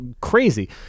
crazy